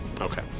Okay